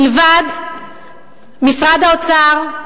מלבד משרד האוצר,